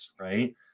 right